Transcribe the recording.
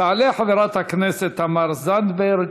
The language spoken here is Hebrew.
תעלה חברת הכנסת תמר זנדברג,